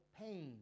pain